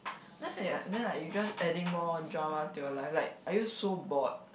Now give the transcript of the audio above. then like then like you just adding more drama to your life like are you so bored